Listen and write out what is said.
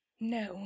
no